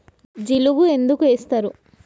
జిలుగు ఎందుకు ఏస్తరు?